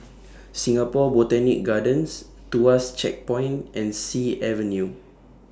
Singapore Botanic Gardens Tuas Checkpoint and Sea Avenue